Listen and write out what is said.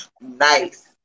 nice